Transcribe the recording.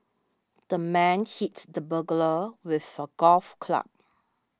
the man hits the burglar with a golf club